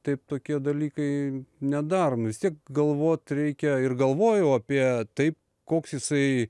taip tokie dalykai nedaromi vis tiek galvot reikia ir galvojau apie tai koks jisai